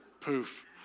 Poof